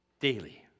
Daily